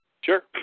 Sure